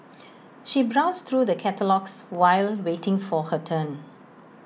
she browsed through the catalogues while waiting for her turn